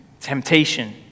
temptation